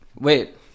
Wait